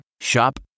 Shop